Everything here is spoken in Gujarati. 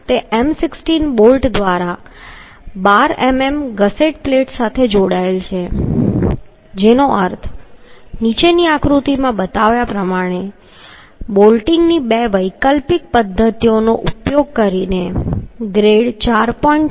તે M16 બોલ્ટ દ્વારા 12 મીમી ગસેટ પ્લેટ સાથે જોડાયેલ છે જેનો અર્થ નીચેની આકૃતિમાં બતાવ્યા પ્રમાણે બોલ્ટીંગની બે વૈકલ્પિક પદ્ધતિઓનો ઉપયોગ કરીને ગ્રેડ 4